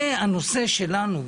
זה הנושא שלנו.